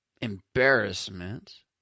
embarrassment